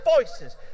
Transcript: voices